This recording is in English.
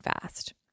fast